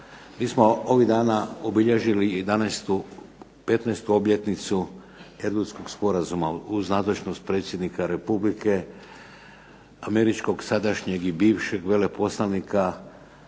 MI smo ovih dana obilježili 11., 15. obljetnicu Erdutskog sporazuma uz nadležnost Predsjednika Republike, Američkog, sadašnjeg i bivšeg veleposlanika,